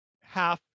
half